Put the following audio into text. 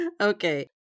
Okay